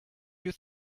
you